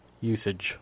usage